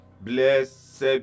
Blessed